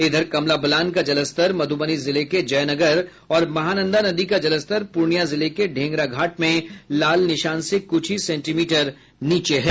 इधर कमाल बलान का जलस्तर मध्रबनी जिले के जयनगर और महानंदा नदी का जलस्तर प्रर्णियां जिले के ढेंगरा घाट में लाल निशान से कुछ ही सेंटीमीटर नीचे है